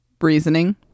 reasoning